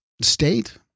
state